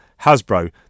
Hasbro